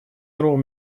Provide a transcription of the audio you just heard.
нормам